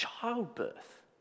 childbirth